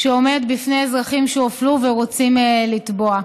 שעומד בפני אזרחים שהופלו ורוצים לתבוע.